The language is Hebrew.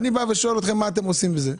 אני שואל אתכם מה אתם עושים עם זה.